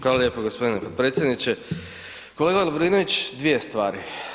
Hvala lijepa gospodine potpredsjedniče, kolega Lovrinović dvije stvari.